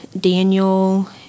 Daniel